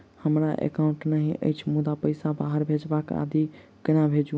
हमरा एकाउन्ट नहि अछि मुदा पैसा बाहर भेजबाक आदि केना भेजू?